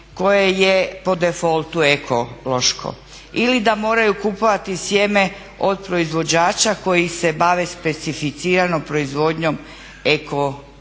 koje je po de defaultu ekološko ili da moraju kupovati sjeme od proizvođača koji se bave specificiranom proizvodnjom eko